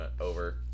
over